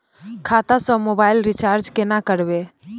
खाता स mobile recharge केना करबे?